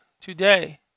today